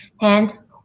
Hence